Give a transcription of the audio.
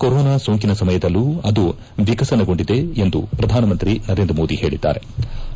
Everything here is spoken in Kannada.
ಕೊರೋನಾ ಸೋಂಕಿನ ಸಮಯದಲ್ಲೂ ಅದು ಎಕಸನಗೊಂಡಿದೆ ಎಂದು ಪ್ರಧಾನ ಮಂತ್ರಿ ನರೇಂದ್ರ ಮೋದಿ ಹೇಳದ್ದಾರೆ